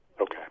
Okay